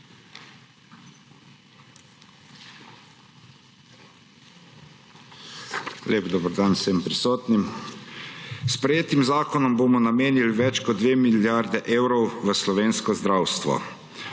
Lep dober dan vsem prisotnim! S sprejetim zakonom bomo namenili več kot dve milijardi evrov v slovensko zdravstvo.